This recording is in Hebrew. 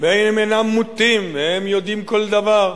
והם אינם מוטים, הם יודעים כל דבר.